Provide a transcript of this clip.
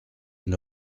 une